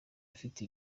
afite